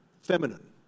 feminine